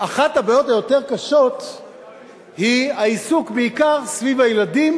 אחת הבעיות הקשות יותר היא העיסוק בעיקר סביב הילדים,